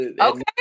Okay